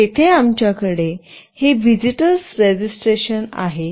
तेथे आमच्याकडे हे व्हिजिटर्स रेजिस्ट्रेशन आहे